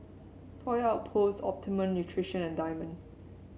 Toy Outpost Optimum Nutrition and Diamond